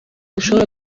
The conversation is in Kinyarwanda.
bishobora